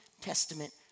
Testament